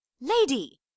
lady